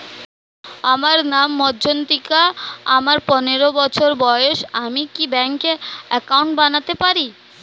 আমার নাম মজ্ঝন্তিকা, আমার পনেরো বছর বয়স, আমি কি ব্যঙ্কে একাউন্ট বানাতে পারি?